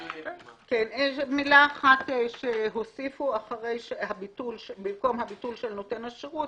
במקום המילים "הביטול של נותן השירות"